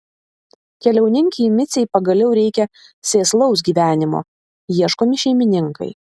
keliauninkei micei pagaliau reikia sėslaus gyvenimo ieškomi šeimininkai